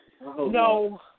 no